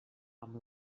amb